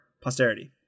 Posterity